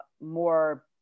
more